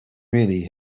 really